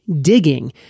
digging